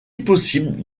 possible